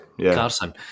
Carson